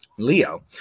Leo